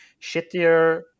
shittier